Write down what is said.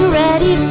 ready